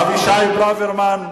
אבישי ברוורמן,